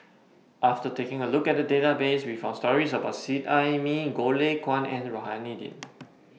after taking A Look At The Database We found stories about Seet Ai Mee Goh Lay Kuan and Rohani Din